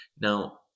now